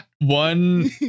one